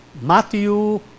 Matthew